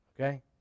Okay